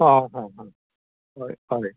आं हा हां हय हय